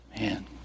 Man